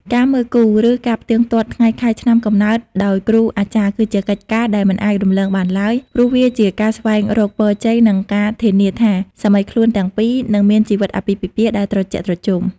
ការ "មើលគូ" ឬការផ្ទៀងផ្ទាត់ថ្ងៃខែឆ្នាំកំណើតដោយគ្រូអាចារ្យ គឺជាកិច្ចការដែលមិនអាចរំលងបានឡើយ ព្រោះវាជាការស្វែងរកពរជ័យ និងការធានាថាសាមីខ្លួនទាំងពីរនឹងមានជីវិតអាពាហ៍ពិពាហ៍ដែលត្រជាក់ត្រជុំ។